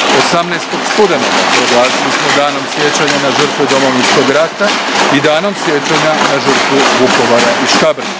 18. studenoga proglasili Danom sjećanja na žrtve Domovinskog rata i Danom sjećanja na žrtvu Vukovara i Škabrnje.